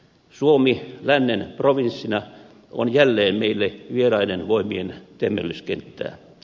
suomi lännen provinssina on jälleen meille vieraiden voimien temmellyskenttää